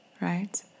right